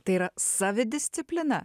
tai yra savidisciplina